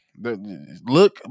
Look